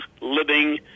living